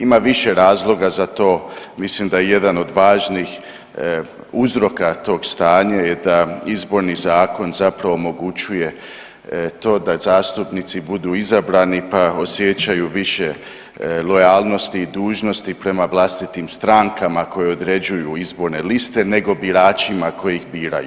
Ima više razloga za to, mislim da je jedan od važnih uzroka tog stanja je da izborni zakon omogućuje to da zastupnici budu izabrani pa osjećaju više lojalnosti i dužnosti prema vlastitim strankama koje određuju izborne liste nego biračima koji ih biraju.